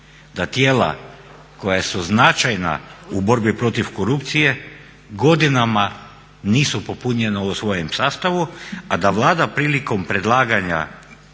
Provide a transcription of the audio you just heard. da tijela koja su značajna u borbi protiv korupcije godinama nisu popunjena u svojem sastavu, a da Vlada prilikom predlaganja